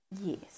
Yes